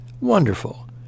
Wonderful